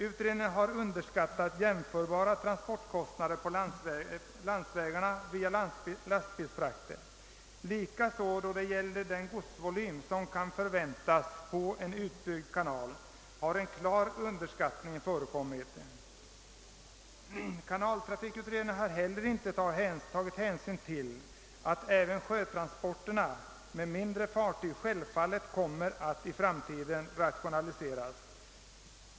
Utredningen har underskattat jämförbara transportkostnader på landsvägarna via lastbilsfrakter, och även då det gäller den godsvolym som kan förväntas på en utbyggd kanal har en klar underskattning förekommit. Kanaltrafikutredningen har heller inte tagit hänsyn till att sjötransporterna med mindre fartyg självfallet kommer att rationaliseras i framtiden.